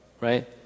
right